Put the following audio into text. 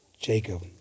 Jacob